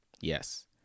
Yes